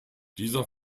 dieser